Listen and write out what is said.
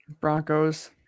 Broncos